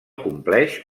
compleix